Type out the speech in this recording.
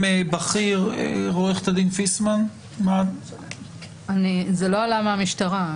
בכיר --- זה לא משהו שעלה מהמשטרה.